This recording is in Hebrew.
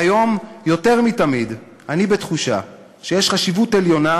והיום יותר מתמיד אני בתחושה שיש חשיבות עליונה